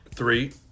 Three